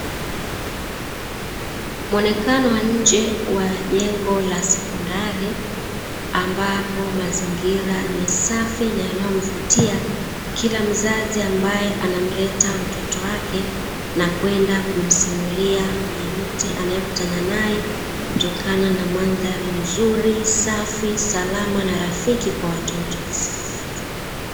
Mwonekano wa nje wa jengo la sekondari ambapo mazingira ni safi na yanayomvutia kila mzazi ambaye anamleta mtoto wake na kwenda kumsimulia yeyote anayekutana naye kutokana na mandhari nzuri, safi, salama na rafiki kwa watoto.